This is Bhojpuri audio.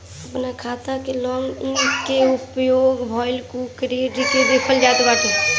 आपन खाता के लॉग इन कई के उपयोग भईल कुल क्रेडिट के देखल जात बाटे